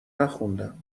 نخوندم